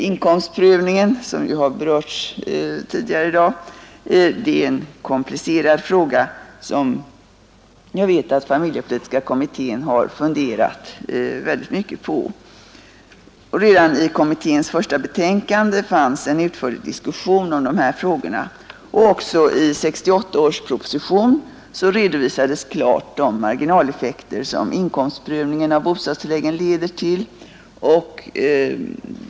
Inkomstprövningen, som ju har berörts tidigare i dag, är en komplicerad fråga som jag vet att familjepolitiska kommittén har funderat väldigt mycket på. Redan kommitténs första betänkande innehöll en utförlig diskussion om dessa frågor. Även i 1968 års proposition redovisades klart de marginaleffekter som inkomstprövningen av bostadstilläggen leder till.